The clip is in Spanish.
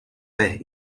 vez